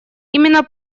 именно